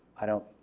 i don't,